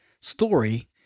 story